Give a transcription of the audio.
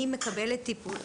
אני מקבלת טיפול,